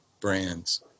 brands